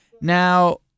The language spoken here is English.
now